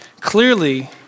Clearly